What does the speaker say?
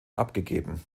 abgegeben